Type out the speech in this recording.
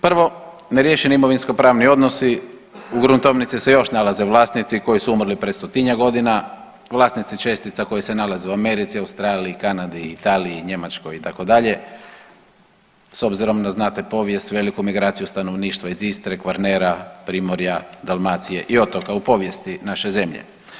Prvo, neriješeni imovinsko pravni odnosi, u gruntovnici se još nalaze vlasnici koji su umrli prije 100-tinjak godina, vlasnici čestica koji se nalaze u Americi, Australiji, Kanadi, Italiji, Njemačkoj itd., s obzirom da znate povijest veliku migraciju stanovništva iz Istre, Kvarnera, Primorja, Dalmacije i otoka u povijesti naše zemlje.